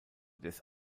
des